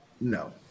no